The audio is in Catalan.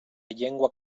llengua